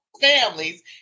families